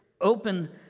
Open